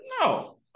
No